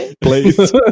Please